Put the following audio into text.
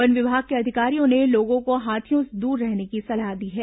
one विभाग के अधिकारियों ने लोगों को हाथियों से दूर रहने की सलाह दी है